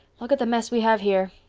look at the mess we have here.